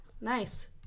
Nice